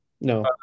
No